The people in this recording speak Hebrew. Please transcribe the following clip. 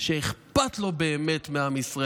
שאכפת לו באמת מעם ישראל.